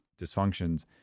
dysfunctions